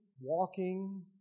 walking